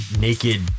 naked